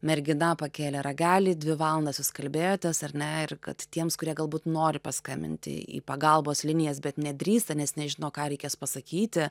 mergina pakėlė ragelį dvi valandas jūs kalbėjotės ar ne ir kad tiems kurie galbūt nori paskambinti į pagalbos linijas bet nedrįsta nes nežino ką reikės pasakyti